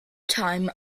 time